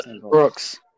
Brooks